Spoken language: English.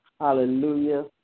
Hallelujah